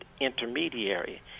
intermediary